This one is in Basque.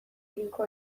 tinko